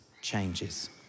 changes